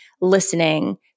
listening